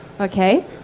Okay